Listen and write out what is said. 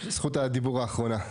זכות הדיבור האחרונה.